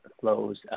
flows